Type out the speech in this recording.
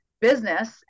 business